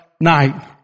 night